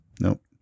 Nope